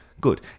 good